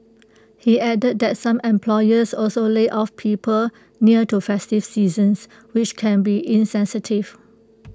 he added that some employers also lay off people near to festive seasons which can be insensitive